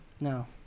No